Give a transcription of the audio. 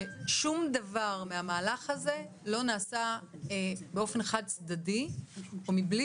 ששום דבר מהמהלך הזה לא נעשה באופן חד-צדדי, מבלי